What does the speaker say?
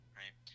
right